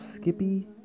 skippy